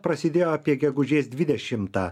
prasidėjo apie gegužės dvidešimtą